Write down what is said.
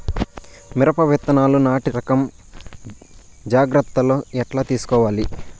మిరప విత్తనాలు నాటి రకం జాగ్రత్తలు ఎట్లా తీసుకోవాలి?